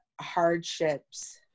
hardships